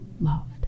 loved